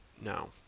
no